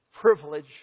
privilege